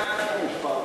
ההצעה להעביר